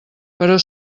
però